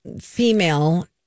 female